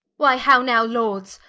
why how now lords?